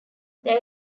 there